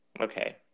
okay